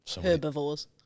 Herbivores